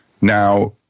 Now